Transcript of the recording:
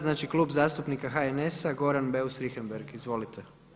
Znači Klub zastupnika HNS-a, Goran Beus Richembergh, izvolite.